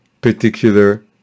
particular